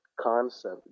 concept